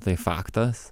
tai faktas